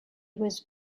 was